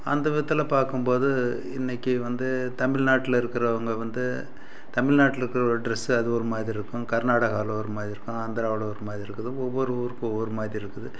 அந்த விதத்தில் பார்க்கும் போது இன்றைக்கு வந்து தமிழ்நாட்ல இருக்கிறவங்க வந்து தமிழ்நாட்ல இருக்கிற ஒரு ட்ரெஸ் அது ஒருமாதிரி இருக்கும் கர்நாடகாவில் ஒருமாதிரி இருக்கும் ஆந்த்ராவில் ஒருமாதிரி இருக்குது ஒவ்வொரு ஊருக்கும் ஒவ்வொரு மாதிரி இருக்குது